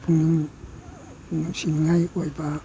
ꯄꯨꯛꯅꯤꯡ ꯅꯨꯡꯁꯤꯅꯤꯉꯥꯏ ꯑꯣꯏꯕ